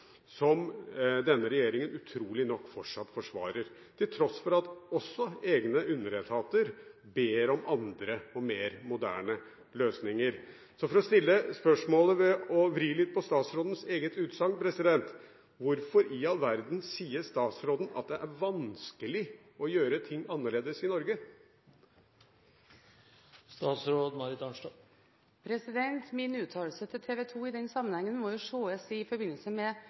som denne regjeringen utrolig nok fortsatt forsvarer – til tross for at egne underetater ber om andre og mer moderne løsninger. Jeg stiller spørsmålet ved å vri litt på statsrådens eget utsagn: Hvorfor i all verden sier statsråden at det er vanskelig å gjøre ting annerledes i Norge? Min uttalelse til TV 2 i den sammenhengen må ses i forbindelse